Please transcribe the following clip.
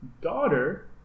daughter